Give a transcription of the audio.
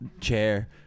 chair